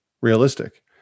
realistic